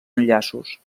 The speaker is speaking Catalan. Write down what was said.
enllaços